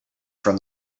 from